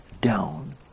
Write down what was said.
down